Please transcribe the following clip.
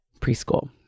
preschool